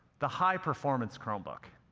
the high-performance chromebook.